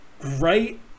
great